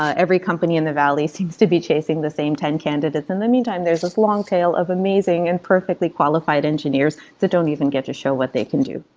ah every company in the valley seems to be chasing the same ten candidates. in the meantime, there is this long tail of amazing and perfectly qualified engineers that don't even get to show what they can do